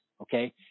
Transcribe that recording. Okay